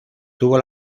tuvo